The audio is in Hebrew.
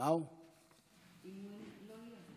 אם הוא לא יהיה אז